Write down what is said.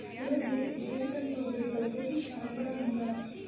मतलब जेह्ड़े जेह्ड़ी साढ़ी डोगरे कल्चर दी शान बढ़ादियां न